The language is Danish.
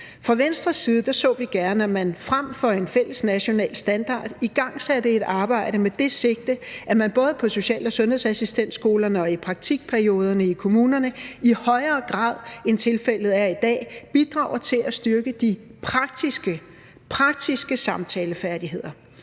Fra Venstres side så vi gerne, at vi frem for at få en fælles national standard igangsatte et arbejde med det sigte, at man både på social- og sundhedsassistentskolerne og i praktikperioderne i kommunerne i højere grad, end tilfældet er i dag, bidrog til at styrke de praktiske samtalefærdigheder.